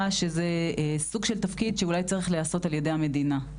שזה סוג של תפקיד שאולי צריך להיעשות ע"י המדינה.